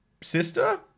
sister